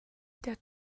der